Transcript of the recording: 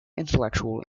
intellectual